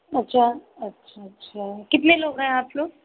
अच्छा अच्छा अच्छा कितने लोग हैं आप लोग